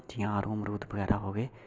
जियां आड़ू अमरुद बगैरा हो गे